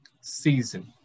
season